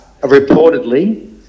reportedly